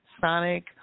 Sonic